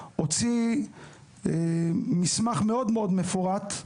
הוציא מסמך מאוד מאוד מפורט,